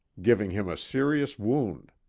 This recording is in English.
giving him a serious wound.